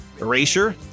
Erasure